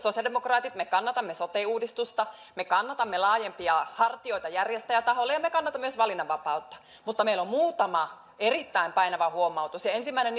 me sosiaalidemokraatit kannatamme sote uudistusta me kannatamme laajempia hartioita järjestäjätaholla ja me kannatamme myös valinnanvapautta mutta meillä on muutama erittäin painava huomautus ensimmäinen